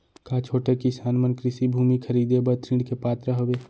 का छोटे किसान मन कृषि भूमि खरीदे बर ऋण के पात्र हवे?